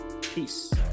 Peace